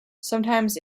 sometimes